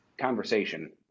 conversation